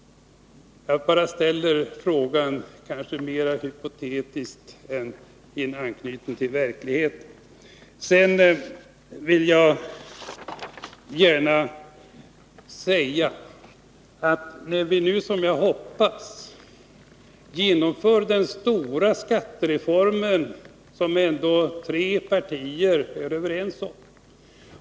Jag bara ställer frågan, kanske mer hypotetiskt än anknutet till verkligheten. Vi skall ju nu, som jag hoppas, genomföra den stora skattereform som ändå tre partier är överens om.